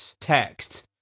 text